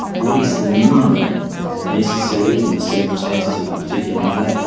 what is the minimum necessary in the circumstances of the particular matter,